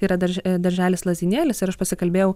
tai yra darž darželis lazdynėlis ir aš pasikalbėjau